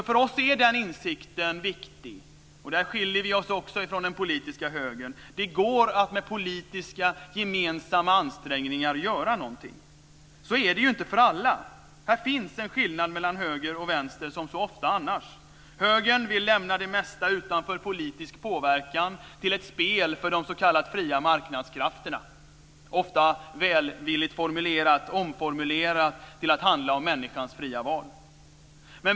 För oss är den insikten viktig att - och där skiljer vi oss från den politiska högern - det med gemensamma politiska ansrängningar går att göra någonting. Så är det inte för alla, och här finns en skillnad mellan höger och vänster som så ofta annars. Högern vill lämna det mesta utanför politisk påverkan till ett spel för de s.k. fria marknadskrafterna, ofta välvilligt omformulerat till att handla om människans fria val.